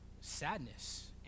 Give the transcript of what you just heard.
sadness